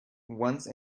once